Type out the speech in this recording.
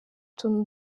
utuntu